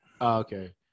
Okay